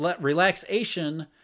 relaxation